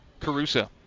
Carusa